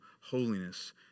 holiness